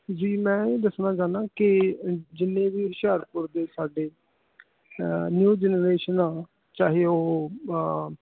ਜੀ ਮੈਂ ਇਹ ਦੱਸਣਾ ਚਾਹੁੰਦਾ ਕਿ ਜਿੰਨੇ ਵੀ ਹੁਸ਼ਿਆਰਪੁਰ ਦੇ ਸਾਡੇ ਨਿਊ ਜਨਰੇਸ਼ਨਾਂ ਚਾਹੇ ਉਹ